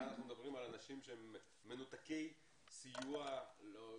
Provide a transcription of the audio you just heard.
כאן אנחנו מדברים על אנשים שהם מנותקי סיוע משפחתי,